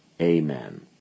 Amen